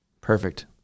Perfect